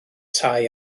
tai